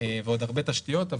ועוד הרבה תשתיות.